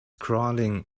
crawling